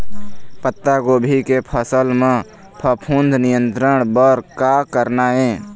पत्तागोभी के फसल म फफूंद नियंत्रण बर का करना ये?